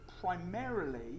Primarily